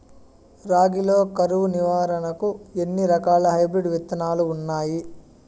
రాగి లో కరువు నివారణకు ఎన్ని రకాల హైబ్రిడ్ విత్తనాలు ఉన్నాయి